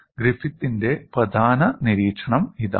ഗ്രിഫിത്തിന്റെ പ്രധാന നിരീക്ഷണം ഇതാണ്